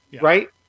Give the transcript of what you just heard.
right